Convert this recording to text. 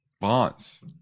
bonds